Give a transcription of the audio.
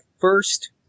first